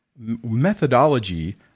methodology